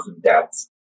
deaths